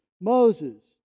Moses